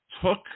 took